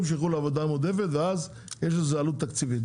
שילכו לעבודה מועדפת ואז יש לזה עלות תקציבית.